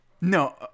No